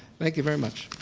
thank you very much.